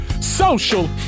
social